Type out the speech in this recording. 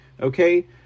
Okay